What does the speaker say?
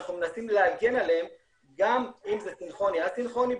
אנחנו מנסים להגן עליהם גם אם זה סינכרוני או א-סינכרוני,